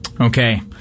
Okay